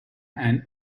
and